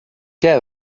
què